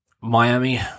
Miami